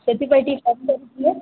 ସେଥିପାଇଁ ଟିକିଏ କମ କରିଥିଲେ